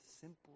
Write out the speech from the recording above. simple